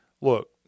look